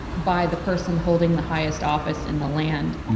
by the person holding the highest office in the land